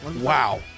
Wow